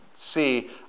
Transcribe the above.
see